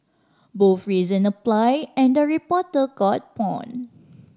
both reason apply and the reporter got pawned